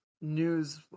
news